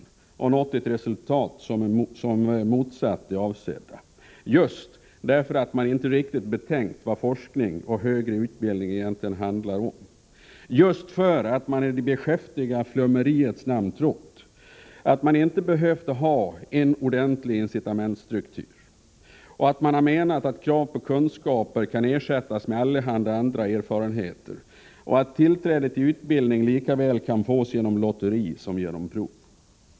Man har nått ett resultat som är motsatt det avsedda, just för att man inte riktigt betänkt vad forskning och högre utbildning egentligen handlar om och just för att man i det beskäftiga flummeriets namn trott att man inte behövt ha en ordentlig incitamentsstruktur. Man har menat att krav på kunskaper kan ersättas med allehanda andra erfarenheter och att tillträde till utbildning lika väl kan fås genom lotteri som genom prov.